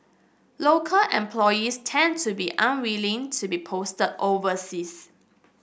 local employees tend to be unwilling to be posted overseas